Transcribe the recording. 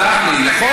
סלח לי,